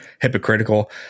hypocritical